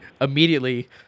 immediately